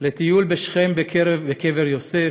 לטיול בשכם בקבר יוסף,